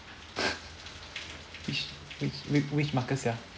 which which which which marcus sia